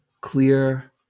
clear